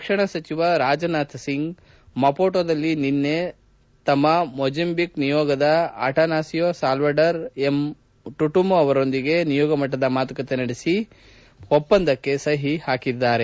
ರಕ್ಷಣಾ ಸಚಿವ ರಾಜನಾಥ್ ಸಿಂಗ್ ಮಾಪುಟೊದಲ್ಲಿ ನಿನ್ನೆ ತಮ್ಮ ಮೊಜಾಂಬಿಕ್ ನಿಯೋಗದ ಅಟಾನಾಸಿಯೊ ಸಾಲ್ವಡಾರ್ ಎಂ ಟುಮುಕ್ ಅವರೊಂದಿಗೆ ನಿಯೋಗ ಮಟ್ಟದ ಮಾತುಕತೆ ನಡೆಸಿ ಒಪ್ಪಂದಕ್ಕೆ ಸಹಿ ಹಾಕಿದ್ದಾರೆ